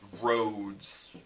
roads